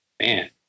man